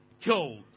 killed